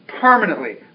permanently